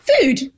food